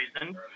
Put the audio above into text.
reason